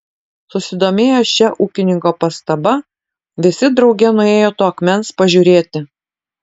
susidomėję šia ūkininko pastaba visi drauge nuėjo to akmens pažiūrėti